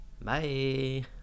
Bye